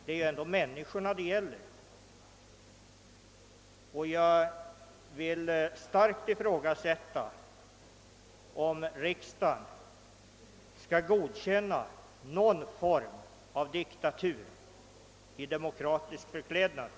Det är ju ändå människorna det här gäller, och jag anser inte att riksdagen skall godkänna någon form av diktatur i demokratisk förklädnad.